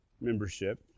membership